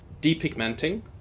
depigmenting